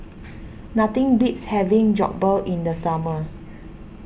nothing beats having Jokbal in the summer